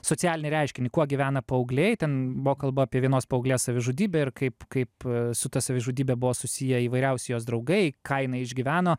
socialinį reiškinį kuo gyvena paaugliai ten buvo kalba apie vienos paauglės savižudybę ir kaip kaip su ta savižudybe buvo susiję įvairiausi jos draugai ką jinai išgyveno